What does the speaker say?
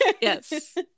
Yes